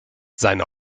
seine